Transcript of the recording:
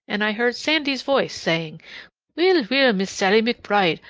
and i heard sandy's voice saying weel, weel, miss sallie mcbride!